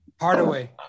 Hardaway